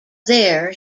there